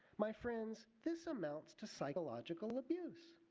my friends, this amounts to psychological abuse.